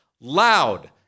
loud